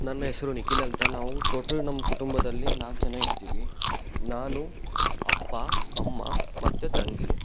ನನ್ನ ಹೆಸರು ನಿಖಿಲ್ ಅಂತ ನಾವು ತೋಟಲ್ ನಮ್ಮ ಕುಟುಂಬದಲ್ಲಿ ನಾಲ್ಕು ಜನ ಇರ್ತೀವಿ ನಾನು ಅಪ್ಪ ಅಮ್ಮ ಮತ್ತು ತಂಗಿ